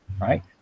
right